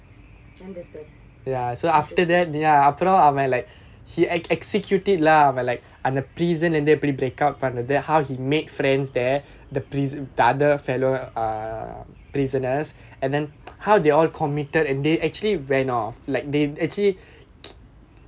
understand